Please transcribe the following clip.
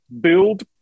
build